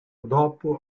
dopo